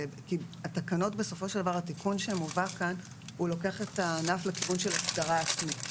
התיקון שמובא כאן לוקח את הענף לכיוון של הסדרה עצמית.